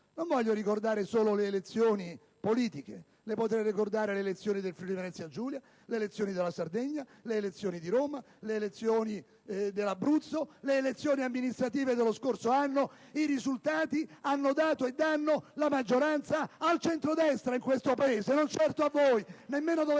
non voglio ricordare solo le elezioni politiche: potrei ricordarle le elezioni del Friuli-Venezia Giulia, le elezioni della Sardegna, le elezioni di Roma, le elezioni dell'Abruzzo, le elezioni amministrative dello scorso anno, i cui risultati hanno dato e danno la maggioranza al centrodestra in questo Paese, non certo a voi, nemmeno dove